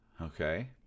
Okay